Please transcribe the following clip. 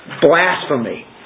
blasphemy